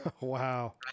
Wow